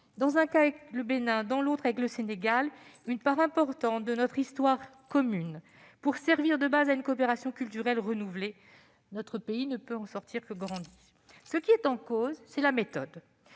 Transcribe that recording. dans un cas avec le Bénin, dans l'autre avec le Sénégal, une part importante de notre histoire commune, cette réappropriation devant servir de base à une coopération culturelle renouvelée. Notre pays ne peut en sortir que grandi. Ce qui est en cause, c'est la méthode